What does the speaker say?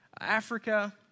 Africa